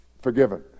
forgiven